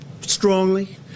strongly